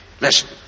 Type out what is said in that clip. listen